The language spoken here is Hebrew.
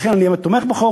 לכן אני תומך בחוק.